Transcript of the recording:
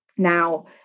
now